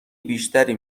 بیشتری